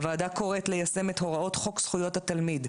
הוועדה קוראת ליישם את הוראות חוק זכויות התלמיד,